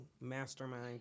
mastermind